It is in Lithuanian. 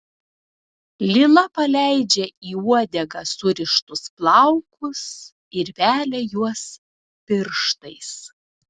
lila paleidžia į uodegą surištus plaukus ir velia juos pirštais